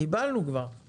קיבלנו כבר.